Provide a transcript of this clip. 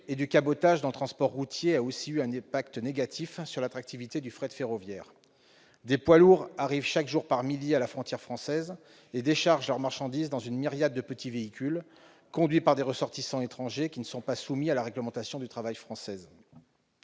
et du cabotage dans le transport routier a aussi eu un impact négatif sur l'attractivité du fret ferroviaire. Des poids lourds arrivent chaque jour par milliers à la frontière française et déchargent leur marchandise dans une myriade de petits véhicules, conduits par des ressortissants étrangers, qui ne sont pas soumis à la réglementation du travail française.